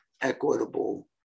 equitable